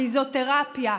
פיזיותרפיה,